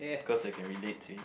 cause I can relate to it